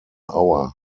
hour